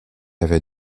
avaient